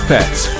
Pets